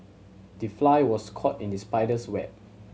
the fly was caught in the spider's web